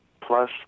plus